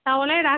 তাহলে রাখ